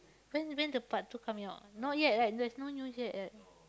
when when the part two coming out not yet right there's no news yet right